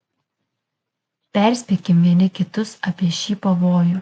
perspėkim vieni kitus apie šį pavojų